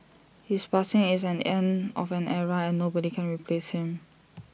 his passing is an end of an era and nobody can replace him